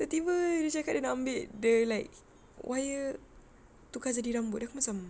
tiba-tiba dia cakap dia nak ambil the like wire tukar jadi rambut then aku macam